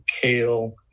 kale